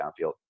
downfield